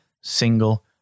single